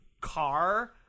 car